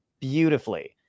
beautifully